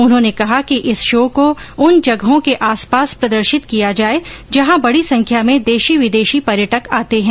उन्होंने कहा कि इस शो को उन जगहों के आस पास प्रदर्शित किया जाए जहां बड़ी संख्या में देशी विदेशी पर्यटक आते हैं